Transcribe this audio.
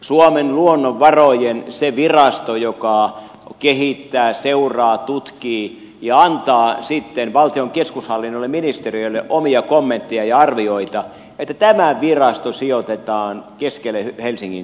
suomen luonnonvarojen se virasto joka kehittää seuraa tutkii ja antaa sitten valtion keskushallinnolle ministeriölle omia kommentteja ja arvioita sijoitetaan keskelle helsingin kaupunkia